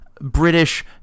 British